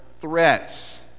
threats